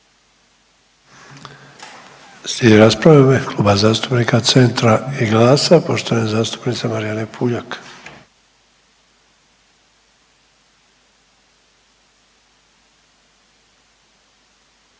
rasprava u ime Kluba zastupnika Centra i GLAS-a poštovane zastupnice Marijane Puljak.